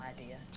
idea